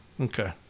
Okay